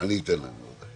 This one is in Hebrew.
אלה ימים חשובים לוועדה